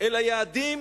אל היעדים